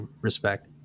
respect